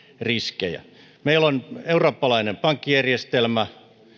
riskejä meillä on eurooppalainen pankkijärjestelmä